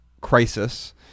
crisis